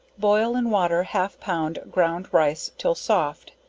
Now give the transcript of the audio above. boil in water half pound ground rice till soft,